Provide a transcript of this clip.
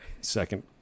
second